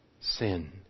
sin